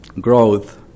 growth